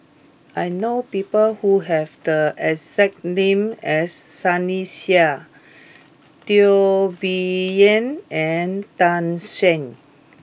I know people who have the exact name as Sunny Sia Teo Bee Yen and Tan Shen